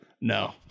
no